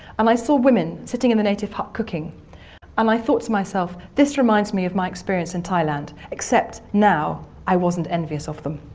um i saw women sitting in the native hut cooking and um i thought to myself this reminds me of my experience in thailand except now i wasn't envious of them